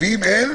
הוא לא מתייאש.